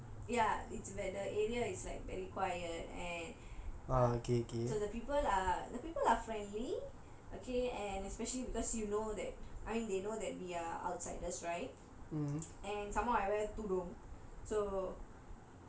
ya it's where the area is like very quiet and uh so the people are the people are friendly okay and especially because you know that I mean you know that we are outsiders right didn't know that we are outsiders right and some more I went tudong